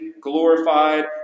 glorified